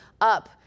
up